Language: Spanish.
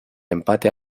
empate